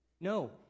No